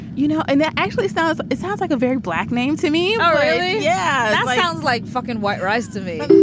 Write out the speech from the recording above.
you know, and they're actually stuff it sounds like a very black name to me. yeah i like don't like fucking white rice to me.